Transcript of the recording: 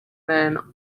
man